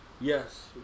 Yes